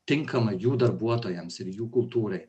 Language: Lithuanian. tinkama jų darbuotojams ir jų kultūrai